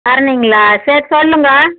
ஹரிணிங்களா சரி சொல்லுங்கள்